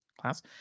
class